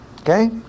Okay